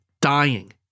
dying